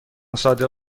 صادق